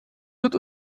wird